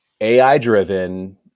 AI-driven